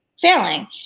failing